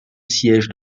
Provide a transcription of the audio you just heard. siège